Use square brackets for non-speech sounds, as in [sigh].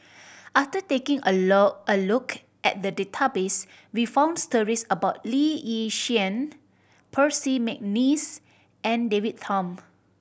after taking a [unintelligible] a look at the database we found stories about Lee Yi Shyan Percy McNeice and David Tham